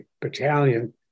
battalion